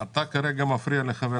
אתה כרגע מפריע לחבר הכנסת גפני.